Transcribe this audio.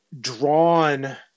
drawn